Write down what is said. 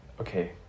Okay